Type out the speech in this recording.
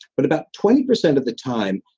but about twenty percent of the time,